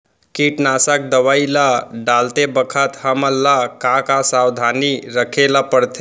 कीटनाशक दवई ल डालते बखत हमन ल का का सावधानी रखें ल पड़थे?